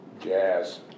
Jazz